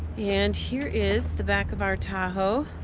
and here is the back of our tahoe.